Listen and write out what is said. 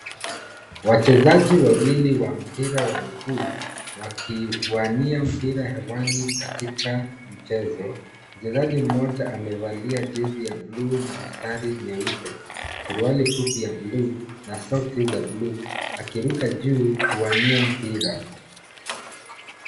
Wachezaji wawili wa mpira wa miguu, wakiwania mpira hewani katika mchezo. Mchezaji mmoja amevalia jezi ya bluu na mstari nyeupe. Suruali fupi ya bluu, na soksi za buluu akiruka juu kuwania mpira.